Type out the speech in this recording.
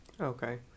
okay